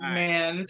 man